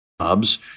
jobs